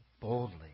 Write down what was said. boldly